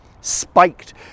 spiked